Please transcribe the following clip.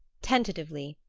tentatively,